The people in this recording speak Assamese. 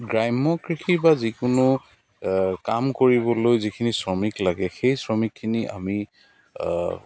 গ্ৰাম্য কৃষি বা যিকোনো কাম কৰিবলৈ যিখিনি শ্ৰমিক লাগে সেই শ্ৰমিকখিনি আমি